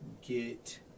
get